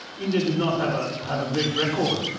india did not have ah have a great record.